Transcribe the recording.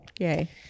Yay